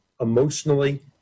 emotionally